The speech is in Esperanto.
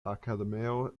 akademio